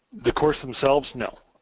the course themselves? no,